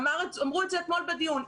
אמרו את זה אתמול בדיון.